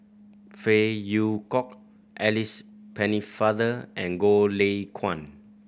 Phey Yew Kok Alice Pennefather and Goh Lay Kuan